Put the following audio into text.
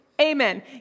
Amen